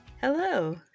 Hello